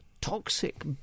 toxic